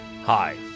Hi